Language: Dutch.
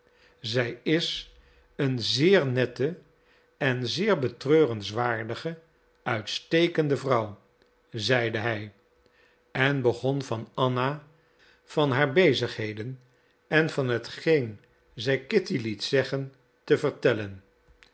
zij is een zeer nette en zeer betreurenswaardige uitstekende vrouw zeide hij en begon van anna van haar bezigheden en van hetgeen zij kitty liet zeggen te vertellen